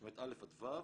זאת אומרת א' עד ו'